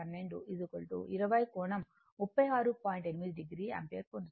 8 o ampere పొందుతుంది